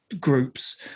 groups